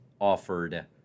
offered